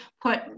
put